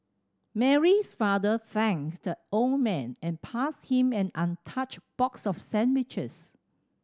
Mary's father thanked the old man and passed him an untouched box of sandwiches